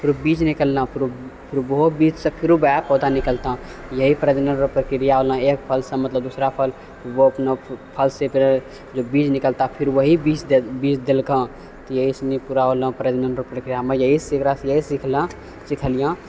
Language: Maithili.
फेरो बीज निकलँ फेरु बहुत बीजसँ फेरु वहे पौधा निकलतँ यही प्रजनन र प्रक्रिया होलै एक फलसँ मतलब दूसरा फल ओ अपना फलसँ फेर जो बीज निकलतँ फिर वही बीजसँ बीज देलकँ यहिसुनी पूरा होलयै प्रजनन रऽ प्रक्रियामे यहीसँ एकरासँ यही सिखलँ सिखलियँ